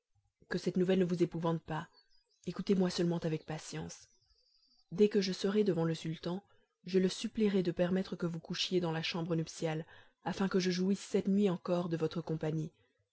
que cette nouvelle ne vous épouvante pas écoutez-moi seulement avec patience dès que je serai devant le sultan je le supplierai de permettre que vous couchiez dans la chambre nuptiale afin que je jouisse cette nuit encore de votre compagnie